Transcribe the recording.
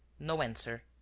no answer.